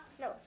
no